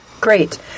Great